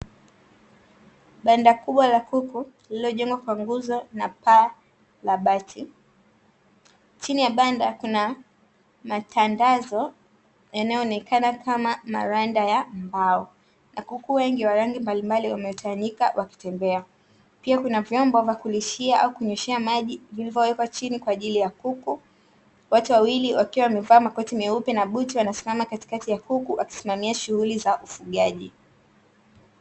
Banda kubwa la kuku lililojengwa kwa nguzo na paa la bati, chini ya banda kuna matandazo yanayoonekana kama maranda ya mbao. Na kuku wengi wa rangi mbalimbali wametawanyika wakitembea. Pia kuna vyombo vya kulishia au kunyweshea maji vilivyowekwa chini kwa ajili ya kuku, watu wawili wakiwa wamevaa makoti meupe na buti wanasimama katikati ya kuku wakisimamia shughuli za ufugaji.